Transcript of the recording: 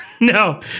no